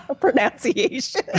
Pronunciation